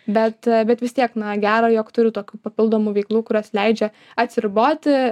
bet bet vis tiek na gera jog turiu tokių papildomų veiklų kurios leidžia atsiriboti